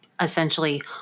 Essentially